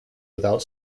without